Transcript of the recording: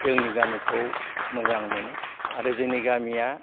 जोंनि गामिखौ मोजां मोनो आरो जोंनि गामिया